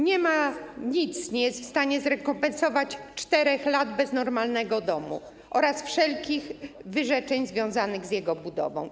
Nic nie jest w stanie zrekompensować 4 lat bez normalnego domu oraz wszelkich wyrzeczeń związanych z jego budową.